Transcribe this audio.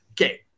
okay